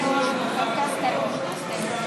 לוועדה את הצעת חוק הרבנות הראשית לישראל